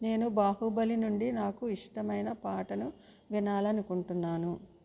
నేను బాహుబలి నుండి నాకు ఇష్టమైన పాటను వినాలనుకుంటున్నాను